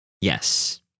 Yes